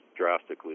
drastically